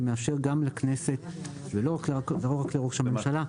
שמאפשר גם לכנסת ולא רק לראש הממשלה,